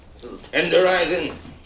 Tenderizing